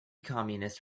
communist